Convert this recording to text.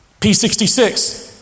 P66